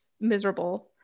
miserable